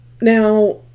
Now